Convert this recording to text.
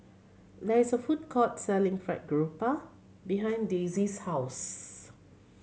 there is a food court selling Fried Garoupa behind Daisie's house